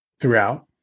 throughout